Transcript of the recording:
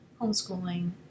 homeschooling